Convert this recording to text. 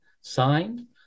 Signed